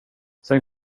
sen